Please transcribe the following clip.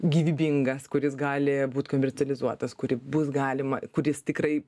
gyvybingas kuris gali būt komercializuotas kurį bus galima kuris tikrai